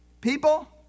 people